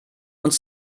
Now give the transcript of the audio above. uns